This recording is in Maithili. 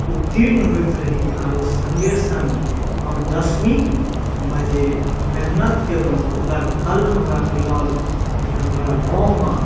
उत्तीर्ण होइत रही आओर सङ्गे सङ्ग हम दसमीमे जे मेहनति केलहुँ ओकर फल हमरा मिलल कि हमरा गाममे